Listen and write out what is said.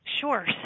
Sure